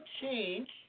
change